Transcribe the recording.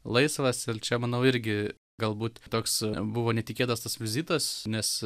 laisvas ir čia manau irgi galbūt toks buvo netikėtas tas vizitas nes